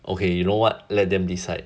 okay you know what let them decide